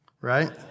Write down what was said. Right